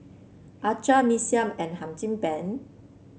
acar Mee Siam and Hum Chim Peng